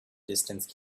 distance